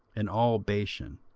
and all bashan,